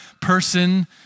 person